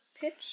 pitch